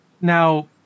Now